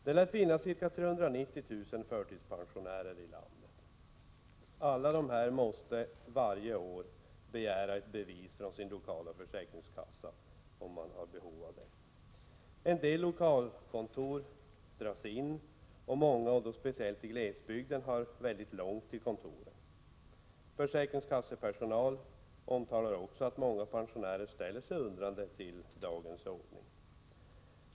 Det lär finnas ca 390 000 förtidspensionärer i landet. Alla dessa måste varje år begära ett bevis från sin lokala försäkringskassa, om de har behov av det. En del lokalkontor dras in, och många, speciellt i glesbygd, har långt till sitt kontor. Försäkringskassepersonal omtalar också att många pensionärer ställer sig undrande inför dagens ordning.